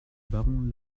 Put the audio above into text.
baron